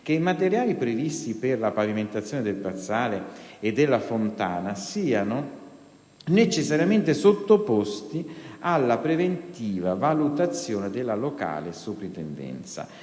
che i materiali previsti per la pavimentazione del piazzale e della fontana siano necessariamente sottoposti alla preventiva valutazione della locale soprintendenza,